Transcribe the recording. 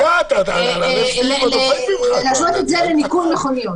אי-אפשר להשוות דלק לניקוי מכוניות.